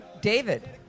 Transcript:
david